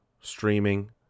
Streaming